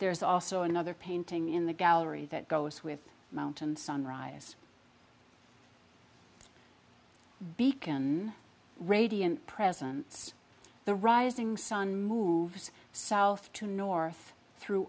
there is also another painting in the gallery that goes with mountain sunrise beacon radiant presence the rising sun moves south to north through